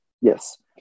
Yes